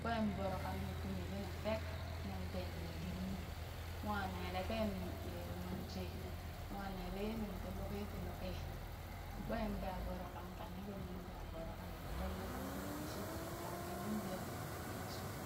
kwee voro kani kume le na fek nuŋ beneni dit nu mwa nee lee tee nuŋ ɓerii moon shee, moo nelee yee nung tii luki tii luki kween da voro kan kane kimi da voro kanin fole umelee tii shit in kan kimin damin tii yeshuu